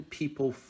people